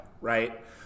right